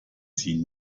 sie